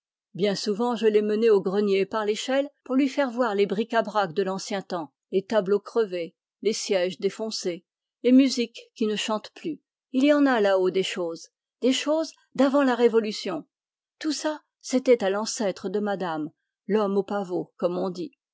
bien souvent je l'ai mené au grenier par l'échelle pour lui montrer les bric-à-brac de l'ancien temps les tableaux crevés les sièges défoncés les musiques qui ne chantent plus il y en a là-haut des choses des choses d'avant la révolution tout ça c'était à l'ancêtre de madame l'homme aux pavots comme on dit